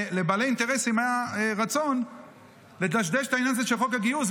ולבעלי אינטרסים היה רצון לדשדש את העניין הזה של חוק הגיוס,